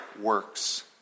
works